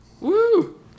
Woo